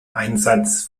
einsatz